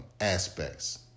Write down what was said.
aspects